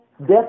Death